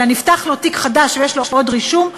אלא נפתח לו תיק חדש ויש לו עוד רישום,